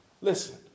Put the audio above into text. listen